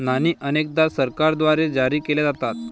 नाणी अनेकदा सरकारद्वारे जारी केल्या जातात